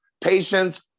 Patience